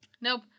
Nope